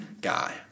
guy